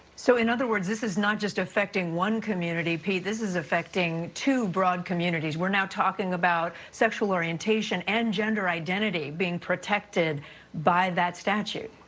so, in other words, this is not just affecting one community, pete, this is affecting two broad communities. we're now talking about sexual orientation and gender identity being protected by that statute.